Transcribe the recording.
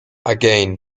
again